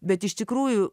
bet iš tikrųjų